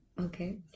Okay